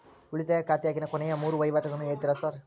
ಉಳಿತಾಯ ಖಾತ್ಯಾಗಿನ ಕೊನೆಯ ಮೂರು ವಹಿವಾಟುಗಳನ್ನ ಹೇಳ್ತೇರ ಸಾರ್?